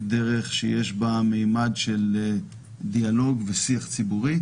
דרך שיש בה ממד של דיאלוג ושיח ציבורי,